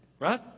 Right